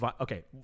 okay